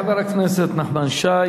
תודה לחבר הכנסת נחמן שי.